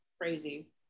crazy